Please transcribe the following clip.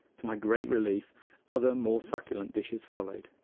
to my great relief other more succulent dishes followed,